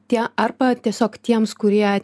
tie arba tiesiog tiems kurie